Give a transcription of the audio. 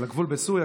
על הגבול בסוריה,